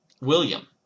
William